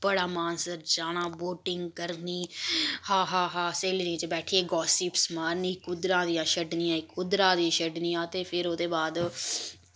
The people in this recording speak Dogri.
बड़ा मानसर जाना बोटिंग करनी हां हां हां स्हेलियें च बैठियै गासिप्स मारनी कुदरां दियां छड्डनियां कुदरां दी छड्डनियां ते फिर ओह्दे बाद